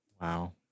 Wow